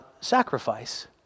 sacrifice